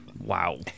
Wow